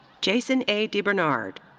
jason a. debernard.